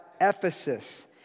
Ephesus